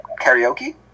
Karaoke